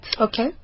Okay